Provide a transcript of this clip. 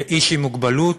איש עם מוגבלות,